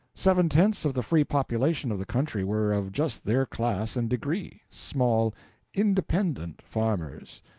seven-tenths of the free population of the country were of just their class and degree small independent farmers,